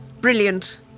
brilliant